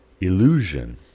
illusion